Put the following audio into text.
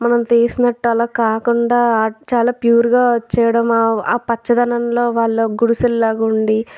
మనం తీసినట్టు అలా కాకుండా చాలా ప్యూర్గా చేయడం పచ్చదనంలో వాళ్ళ గుడిసెల్లాగా ఉండి